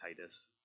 Titus